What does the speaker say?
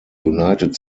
united